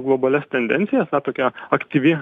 globalias tendencijas tokia aktyvi